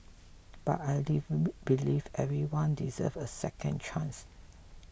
but I leave believe everyone deserves a second chance